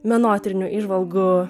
menotyrinių įžvalgų